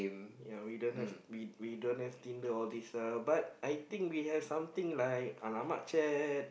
ya we don't have we we don't have Tinder all these but I think we have something like !alamak! Chat